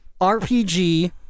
RPG